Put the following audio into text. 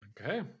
Okay